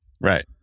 Right